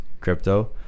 crypto